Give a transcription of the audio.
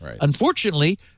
Unfortunately